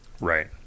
Right